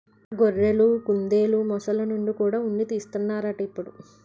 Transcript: గొర్రెలు, కుందెలు, మొసల్ల నుండి కూడా ఉన్ని తీస్తన్నారట ఇప్పుడు